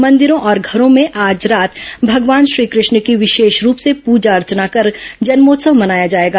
मंदिरों और घरों में आज रात भगवान श्रीकृष्ण की विशेष रूप से पूजा अर्चना कर जन्मोत्सव मनाया जाएगा